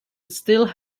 still